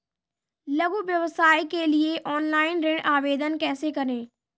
लघु व्यवसाय के लिए ऑनलाइन ऋण आवेदन कैसे करें?